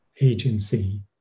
agency